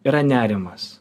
yra nerimas